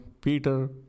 Peter